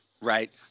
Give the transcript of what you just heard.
Right